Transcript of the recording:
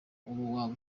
waba